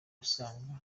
usanga